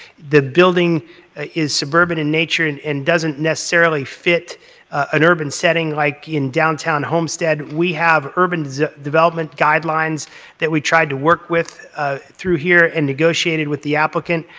the building is suburban in nature and and doesn't necessarily fit an urban setting like in downtown homestead. we have urban development guidelines that we tried to work with ah through here and negotiated with the applicant.